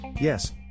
Yes